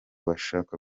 bashaka